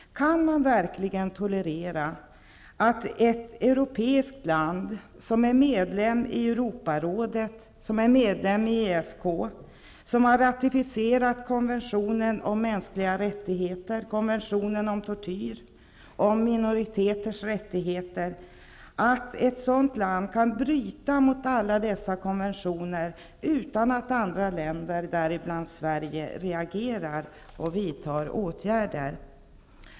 Kan man verkligen tolerera att ett europeiskt land, som är medlem i Europarådet och i ESK och som har ratificerat konventioner om mänskliga rättigheter, om tortyr och om minoriteters rättigheter, kan bryta mot alla dessa konventioner utan att andra länder -- däribland Sverige -- reagerar och vidtar åtgärder?